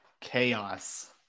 chaos